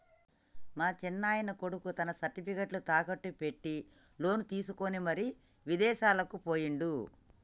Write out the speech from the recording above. మా సిన్నాయన కొడుకు తన సర్టిఫికేట్లు తాకట్టు పెట్టి లోను తీసుకొని మరి ఇదేశాలకు పోయిండు